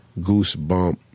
goosebump